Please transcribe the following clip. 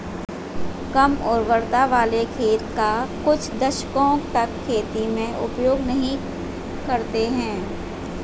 कम उर्वरता वाले खेत का कुछ दशकों तक खेती में उपयोग नहीं करते हैं